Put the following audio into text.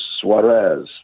Suarez